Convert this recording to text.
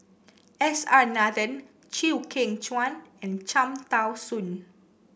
S R Nathan Chew Kheng Chuan and Cham Tao Soon